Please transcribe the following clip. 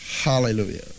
Hallelujah